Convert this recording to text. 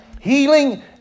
Healing